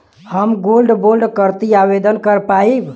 हम gold bond करती आवेदन कर पाईब?